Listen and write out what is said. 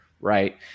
Right